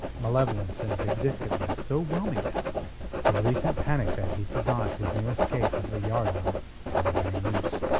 malevolence and vindictiveness so whelming now his recent panic that he forgot his near escape of the yardarm and the running noose.